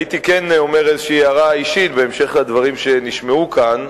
הייתי כן אומר איזו הערה אישית בהמשך לדברים שנשמעו כאן,